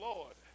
Lord